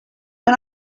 can